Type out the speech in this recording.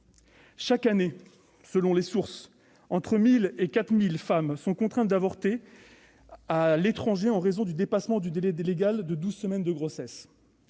Chaque année, selon les sources, entre 1 000 et 4 000 femmes sont contraintes d'avorter à l'étranger en raison du dépassement du délai légal de douze semaines de grossesse.